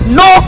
no